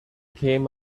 came